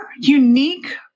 unique